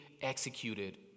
executed